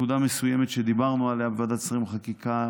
נקודה מסוימת שדיברנו עליה בוועדת שרים לחקיקה,